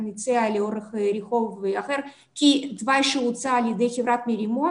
הציעה לאורך רחוב אחר כי התוואי שהוצע על ידי חברת מרימון